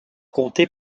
compté